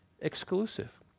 exclusive